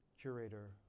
curator